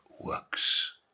works